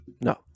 No